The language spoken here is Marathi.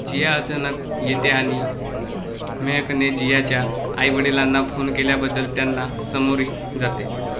जिया अचनक येते आणि मेहकने जियाच्या आई डिलांना फोन केल्याबद्दल त्यांना सामोरी जाते